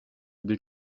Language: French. des